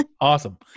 awesome